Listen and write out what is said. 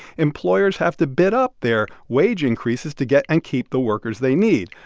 employers have to bid up their wage increases to get and keep the workers they need.